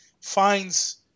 finds